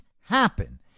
happen